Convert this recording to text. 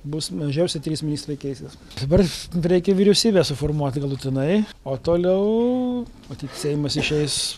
bus mažiausiai trys ministrai keisis dabar reikia vyriausybę suformuoti galutinai o toliau matyt seimas išeis